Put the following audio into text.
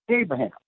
Abraham